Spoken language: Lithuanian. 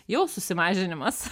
jau susimažinimas